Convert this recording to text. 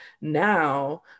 now